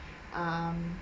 um